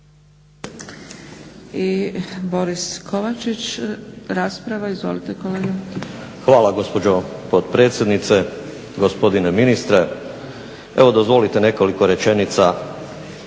I Boris Kovačić, rasprava. Izvolite kolega. **Kovačić, Borislav (SDP)** Hvala gospođo potpredsjednice, gospodine ministre. Evo dozvolite nekoliko rečenica